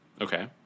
Okay